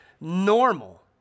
normal